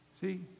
See